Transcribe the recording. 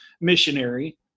missionary